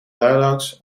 daarlangs